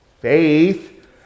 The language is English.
faith